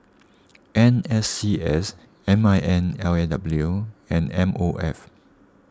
N S C S M I N L A W and M O F